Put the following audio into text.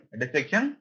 detection